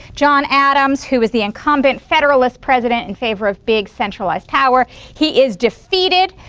john adams who is the incumbent federalist president in favor of big centralized power he is defeated.